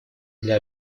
для